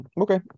okay